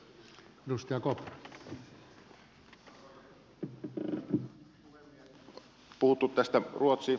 arvoisa herra puhemies